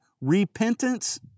Repentance